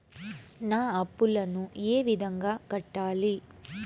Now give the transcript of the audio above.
నా అప్పులను ఏ విధంగా కట్టాలి?